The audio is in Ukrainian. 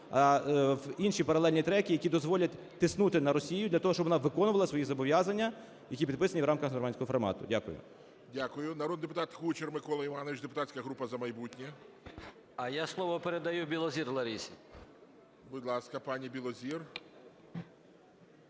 в інші паралельні треки, які дозволять тиснути на Росію для того, щоб вона виконувала свої зобов'язання, які підписані в рамках "нормандського формату". Дякую. ГОЛОВУЮЧИЙ. Дякую. Народний депутат Кучер Микола Іванович, депутатська група "За майбутнє". 10:34:39 КУЧЕР М.І. Я слово передаю Білозір Ларисі. ГОЛОВУЮЧИЙ. Будь ласка, пані Білозір.